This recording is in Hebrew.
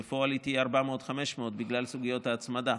בפועל היא תהיה 400,000 או 500,000 בגלל סוגיות ההצמדה.